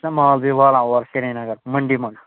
اَسہِ چھُنہٕ مال بیٚیہِ والان اور سریٖنگر مٔنٛڈی منٛز